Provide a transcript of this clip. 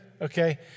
Okay